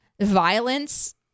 violence